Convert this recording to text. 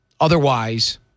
Otherwise